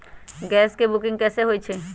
Gas के booking कैसे होईछई?